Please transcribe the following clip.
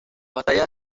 batalla